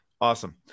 awesome